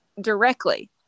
directly